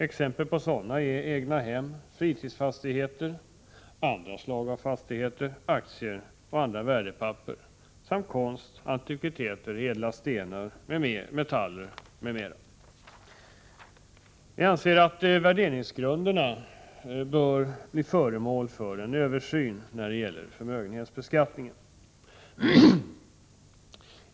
Exempel på sådana är egnahem, fritidsfastigheter, andra slag av fastigheter, aktier och andra värdepapper samt konst, antikviteter, ädla stenar, metaller m.m. Vi anser att värderingsgrunderna bör bli föremål för en översyn när det gäller förmögenhetsbeskattningen.